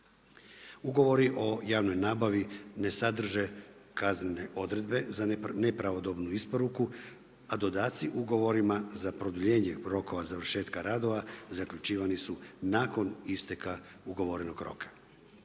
Ugovori o javnoj nabavi ne sadrže kaznene odredbe za nepravodobnu isporuku, a dodaci ugovorima za produljenje rokova završetka radova, zaključivani su nakon isteka ugovorenog roka.